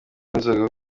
n’inzoga